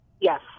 Yes